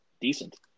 decent